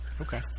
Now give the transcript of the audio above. Okay